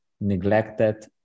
neglected